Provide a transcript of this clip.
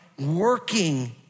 working